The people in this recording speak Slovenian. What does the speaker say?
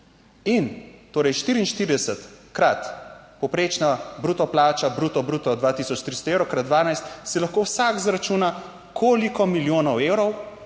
In torej 44 krat povprečna bruto plača, bruto bruto 2300 evrov krat 12 si lahko vsak izračuna, koliko milijonov evrov